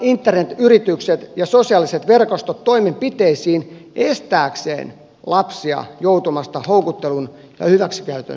velvoitetaan internetyritykset ja sosiaaliset verkostot toimenpiteisiin jotta estetään lapsia joutumasta houkuttelun ja hyväksikäytön uhreiksi